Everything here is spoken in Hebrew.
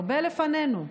הרבה לפנינו.